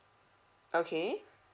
okay